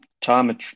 Time